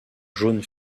jaune